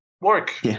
work